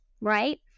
right